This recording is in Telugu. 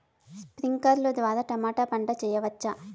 స్ప్రింక్లర్లు ద్వారా టమోటా పంట చేయవచ్చా?